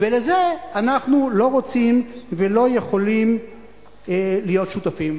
ולזה אנחנו לא רוצים ולא יכולים להיות שותפים.